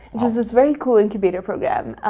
which was this very cool incubator program.